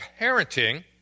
parenting